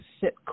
sit